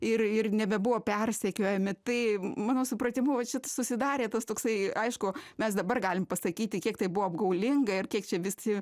ir ir nebebuvo persekiojami tai mano supratimu vat šiat susidarė tas toksai aišku mes dabar galim pasakyti kiek tai buvo apgaulinga ir kiek čia visi